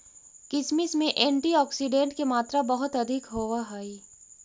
किशमिश में एंटीऑक्सीडेंट के मात्रा बहुत अधिक होवऽ हइ